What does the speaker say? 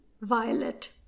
Violet